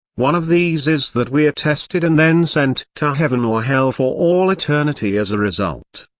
one of these is that we are tested and then sent to heaven or hell for all eternity as a result.